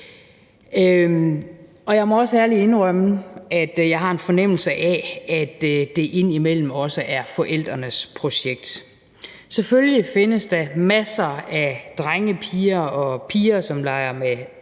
Jeg må også ærligt indrømme, at jeg har en fornemmelse af, at det indimellem også er forældrenes projekt. Selvfølgelig findes der masser af drengepiger og drenge, som leger med